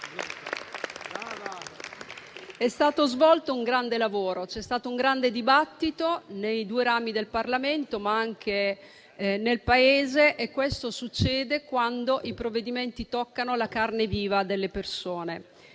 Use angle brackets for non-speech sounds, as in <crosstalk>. ha svolto un grande lavoro. <applause> C'è stato un grande dibattito nei due rami del Parlamento, ma anche nel Paese, e questo succede quando i provvedimenti toccano la carne viva delle persone.